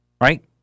right